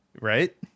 right